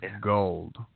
gold